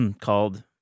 called